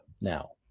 now